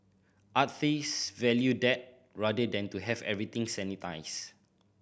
artist value that rather than to have everything sanitised